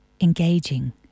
engaging